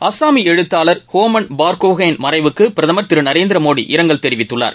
அஸ்ஸாமி எழுத்தாளர் ஹோமன் பார்கோஹைன் மறைவுக்கு பிரதமர் திரு நரேந்திரமோடி இரங்கல் தெரிவித்துள்ளார்